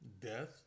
Death